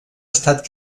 estat